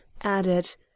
added—